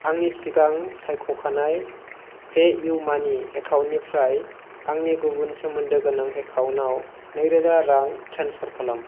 आंनि सिगां सायख'खानाय पेइउमानि एकाउन्टनिफ्राय आंनि गुबुन सोमोन्दो गोनां एकाउन्टावयाव नैरोजा रां ट्रेन्सफार खालाम